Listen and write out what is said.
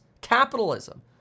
Capitalism